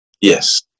Yes